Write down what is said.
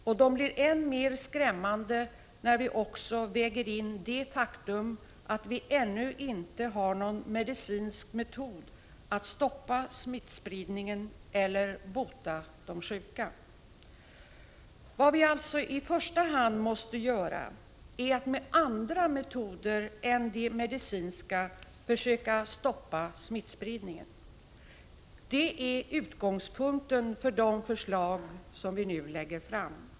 Och de blir än mer skrämmande när vi också väger in det faktum att vi ännu inte har någon medicinsk metod att stoppa smittspridningen eller bota de sjuka. Vad vi alltså i första hand måste göra är att med andra metoder än de medicinska försöka stoppa smittspridningen. Det är utgångspunkten för de förslag som vi nu lägger fram.